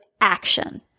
ACTION